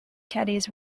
caddies